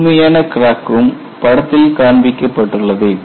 உண்மையான கிராக்கும் படத்தில் காண்பிக்கப்பட்டுள்ளது